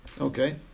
Okay